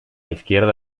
izquierda